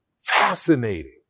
Fascinating